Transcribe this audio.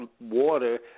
water